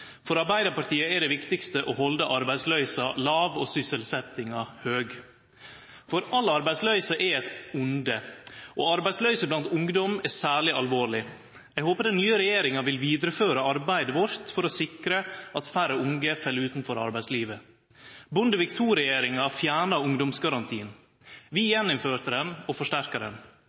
For Arbeidarpartiet er det viktigaste å halde arbeidsløysa låg og sysselsettinga høg, for all arbeidsløyse er eit vonde, og arbeidsløyse blant ungdom er særleg alvorleg. Eg håpar den nye regjeringa vil føre vidare arbeidet vårt for å sikre at færre unge fell utanfor arbeidslivet. Bondevik II-regjeringa fjerna ungdomsgarantien. Vi førte han inn igjen og